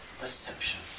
perception